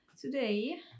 today